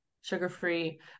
sugar-free